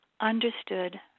understood